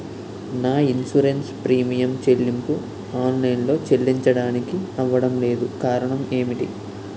నా insurance premium చెల్లింపు online లో చెల్లించడానికి అవ్వడం లేదు కారణం ఏమిటి?